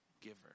giver